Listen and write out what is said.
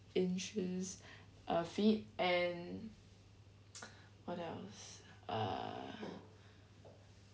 inches uh feet and what else uh